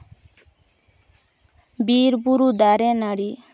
ᱵᱤᱨᱼᱵᱩᱨᱩ ᱫᱟᱨᱮ ᱱᱟᱹᱲᱤ